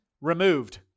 removed